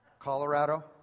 Colorado